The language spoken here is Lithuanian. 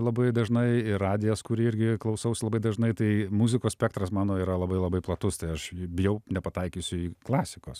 labai dažnai ir radijas kurį irgi klausausi labai dažnai tai muzikos spektras mano yra labai labai platus tai aš bijau nepataikysiu į klasikos